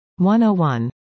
101